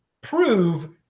prove